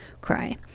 cry